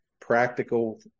practical